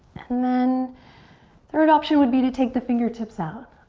and then third option would be to take the fingertips out.